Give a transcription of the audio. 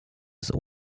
ist